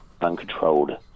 Uncontrolled